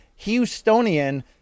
Houstonian